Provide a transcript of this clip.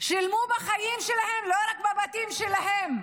שילמו בחיים שלהם, לא רק בבתים שלהם.